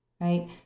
Right